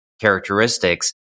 characteristics